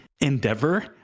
endeavor